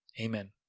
Amen